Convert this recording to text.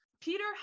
peter